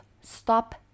Stop